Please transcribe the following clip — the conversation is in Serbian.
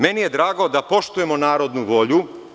Meni je drago da poštujemo narodnu volju.